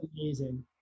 amazing